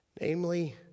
namely